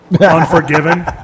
unforgiven